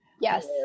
Yes